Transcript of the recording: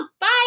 Bye